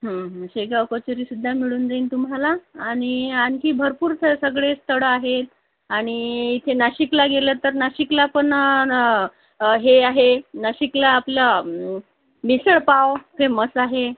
शेगाव कचोरीसुद्धा मिळून जाईल तुम्हाला आणि आणखी भरपूर स सगळे स्थळं आहे आणि इथे नाशिकला गेलं तर नाशिकला पण न हे आहे नाशिकला आपला मिसळपाव फेमस आहे